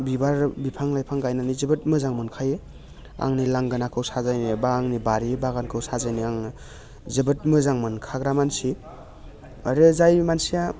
बिबार बिफां लाइफां गायनानै जोबोद मोजां मोनखायो आंनि लांगोनाखौ साजायनोबा आंनि बारि बागानखौ साजायनो आङो जोबोद मोजां मोनखाग्रा मानसि आरो जाय मानसिया